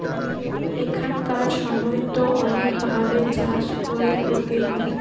এখানকার সময়তো অনেক ভাবে চাষ করে ক্ষতি হয়